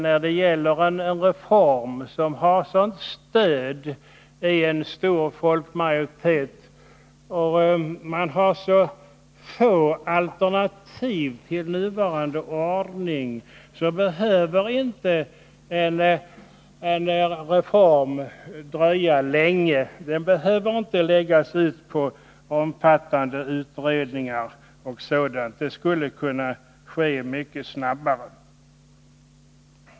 När det gäller en reform som har ett sådant stöd i en stor folkmajoritet och det finns så få alternativ till nuvarande ordning, behöver inte reformen läggas ut på omfattande utredningar, utan det skulle kunna gå mycket snabbare.